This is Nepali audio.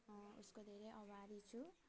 म उसको धेरै आभारी छु र लकडाउनको बेलामा चाहिँ होइन अनलाइन